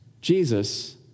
Jesus